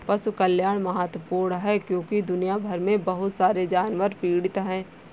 पशु कल्याण महत्वपूर्ण है क्योंकि दुनिया भर में बहुत सारे जानवर पीड़ित हैं